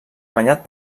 banyat